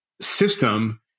system